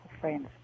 friends